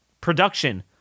production